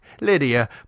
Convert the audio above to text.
Lydia